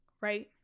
right